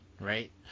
Right